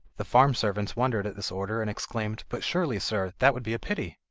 the farm servants wondered at this order, and exclaimed but surely, sir, that would be a pity